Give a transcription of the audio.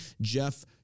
Jeff